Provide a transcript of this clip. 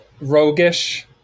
roguish